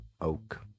oak